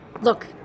Look